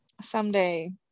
someday